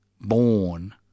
born